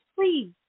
please